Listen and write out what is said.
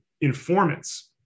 informants